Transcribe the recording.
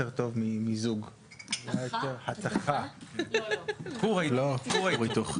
אני רוצה לציין ראשית שערב כניסת החוק לתוקף